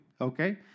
Okay